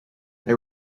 they